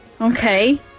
Okay